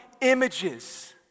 images